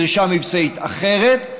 עם דרישה מבצעית אחרת,